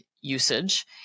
usage